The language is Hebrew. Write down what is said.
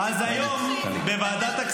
טלי, אגיע לזה.